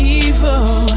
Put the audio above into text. evil